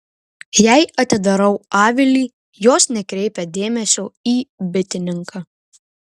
jei atidarau avilį jos nekreipia dėmesio į bitininką